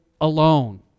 alone